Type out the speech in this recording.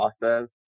process